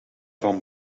van